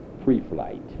pre-flight